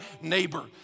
neighbor